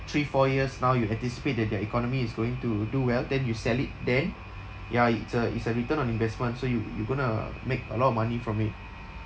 three four years now you anticipate that their economy is going to do well then you sell it then ya it's a it's a return on investment so you you going to make a lot of money from it